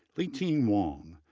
liting wang,